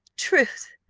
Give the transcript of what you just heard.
truth!